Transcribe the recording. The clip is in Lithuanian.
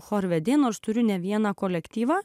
chorvedį nors turiu ne vieną kolektyvą